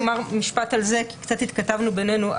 רק לומר משפט על זה, קצת התכתבנו בינינו.